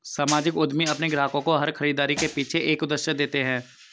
सामाजिक उद्यमी अपने ग्राहकों को हर खरीदारी के पीछे एक उद्देश्य देते हैं